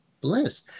bliss